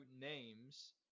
names